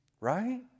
Right